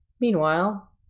meanwhile